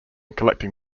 collecting